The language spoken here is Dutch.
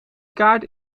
kaart